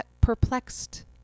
perplexed